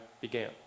began